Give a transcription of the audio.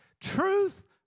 Truth